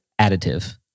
additive